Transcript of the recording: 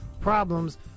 problems